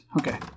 Okay